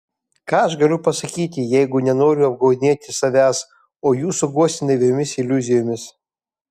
ką aš galiu pasakyti jeigu nenoriu apgaudinėti savęs o jūsų guosti naiviomis iliuzijomis